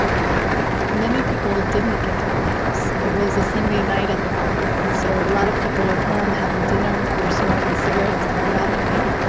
yeah many people didn't get their lives. it was a sunday night at the bijlmer and so, a lot of people were home having dinner or smoking cigarettes on their balcony.